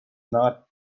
not